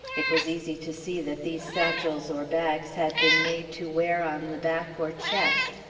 it was easy to see that these satchels or bags had been made to wear on the back or chest.